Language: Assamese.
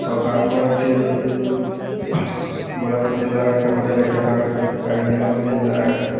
চখ আৰম্ভ হৈছিল গোলাঘাট জিলাৰ কাষতে লাগি থকা কাৰ্বি আংলং জিলাৰ